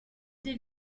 des